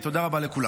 תודה רבה לכולם.